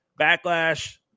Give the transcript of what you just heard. Backlash